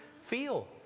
feel